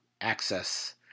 access